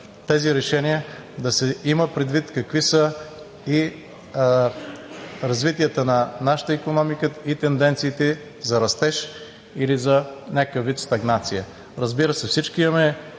тези решения да се има предвид и какви са решенията на нашата икономика и тенденциите за растеж или за някакъв вид стагнация. Разбира се, всички